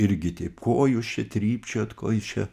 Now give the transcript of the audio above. irgi taip ko jūs čia trypčiojat ko jūs čia